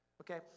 Okay